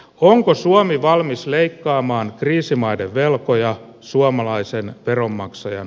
onko suomi valmis leikkaamaan kriisimaiden velkoja suomalaisen veronmaksajan